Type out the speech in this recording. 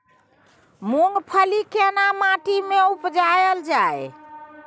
मूंगफली केना माटी में उपजायल जाय?